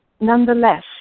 nonetheless